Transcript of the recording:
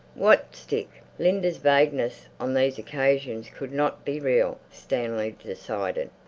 what stick? linda's vagueness on these occasions could not be real, stanley decided.